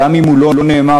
גם אם הוא לא נאמר,